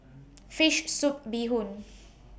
Fish Soup Bee Hoon